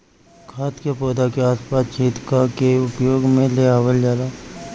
खाद के पौधा के आस पास छेद क के उपयोग में ले आवल जाला